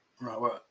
right